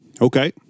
Okay